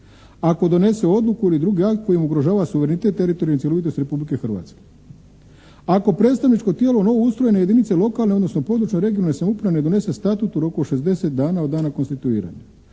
ako donese odluku ili drugi akt kojim ugrožava suverenitet, teritorijalnu cjelovitost Republike Hrvatske. " Ako predstavničko tijelo novoustrojene jedinice lokalne odnosno područne (regionalne) samouprave ne donese statut u roku 60 dana od dana konstituiranja.